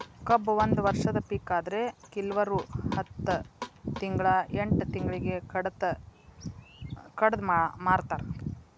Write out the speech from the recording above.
ಕಬ್ಬು ಒಂದ ವರ್ಷದ ಪಿಕ ಆದ್ರೆ ಕಿಲ್ವರು ಹತ್ತ ತಿಂಗ್ಳಾ ಎಂಟ್ ತಿಂಗ್ಳಿಗೆ ಕಡದ ಮಾರ್ತಾರ್